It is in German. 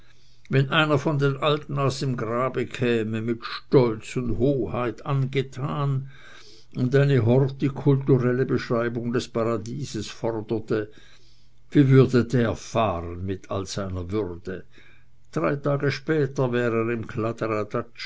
wenn einer von den alten aus dem grabe käme mit stolz und hoheit angetan und eine hortikulturelle beschreibung des paradieses forderte wie würde der fahren mit all seiner würde drei tage später wär er im